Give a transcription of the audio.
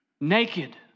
naked